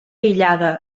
aïllada